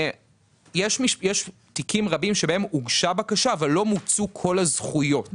יש תיקים רבים שבהם הוגשה בקשה אבל לא מוצו כל הזכויות.